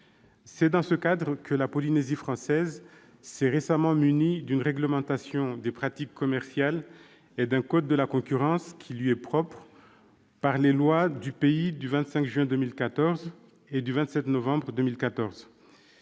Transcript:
C'est dans ce cadre que la Polynésie française s'est récemment munie d'une réglementation des pratiques commerciales et d'un code de la concurrence qui lui est propre, par des lois du pays du 25 juin 2014 et du 27 novembre 2014.